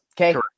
Okay